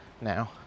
now